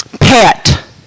pet